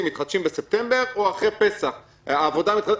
מתחדשים בספטמבר או אחרי פסח ומתי העבודה מתחדשת.